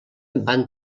van